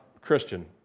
Christian